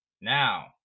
Now